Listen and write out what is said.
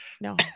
No